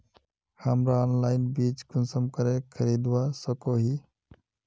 हमरा ऑनलाइन बीज कुंसम करे खरीदवा सको ही?